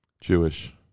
Jewish